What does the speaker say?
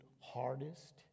Hardest